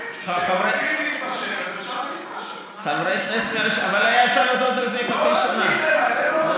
חברי כנסת, אני יודע, אתם יודעים שכשרוצים